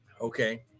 Okay